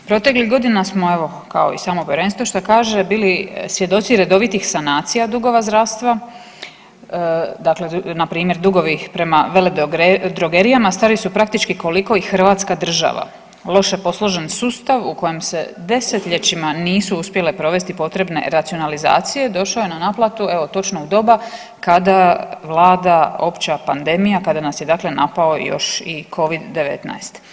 Proteklih godina smo, evo, kao i samo Povjerenstvo što kaže bili svjedoci redovitih sanacija dugova zdravstva, dakle npr. dugovi prema veledrogerijama stari su praktički koliko i hrvatska država, loše posložen sustav u kojem se desetljećima nisu uspjele provesti potrebne racionalizacije, došao je na naplatu, evo, točno u doba kada vlada opća pandemija, kada nas je dakle napao još i Covid-19.